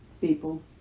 people